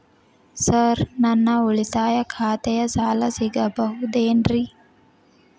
Sir ನನ್ನ ಉಳಿತಾಯ ಖಾತೆಯ ಸಾಲ ಸಿಗಬಹುದೇನ್ರಿ?